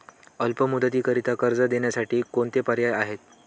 अल्प मुदतीकरीता कर्ज देण्यासाठी कोणते पर्याय आहेत?